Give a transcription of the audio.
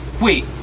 wait